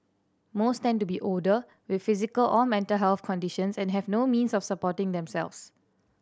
most tend to be older with physical or mental health conditions and have no means of supporting themselves